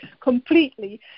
completely